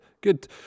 good